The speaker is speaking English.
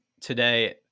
today